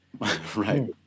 Right